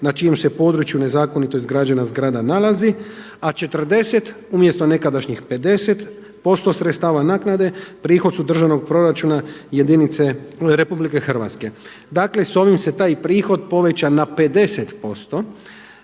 na čijem se području nezakonito izgrađena zgrada nalazi, a 40 umjesto nekadašnjih 50% sredstava naknade prihod su državnog proračuna Republike Hrvatske. Dakle, s ovim se taj prihod povećan na 50%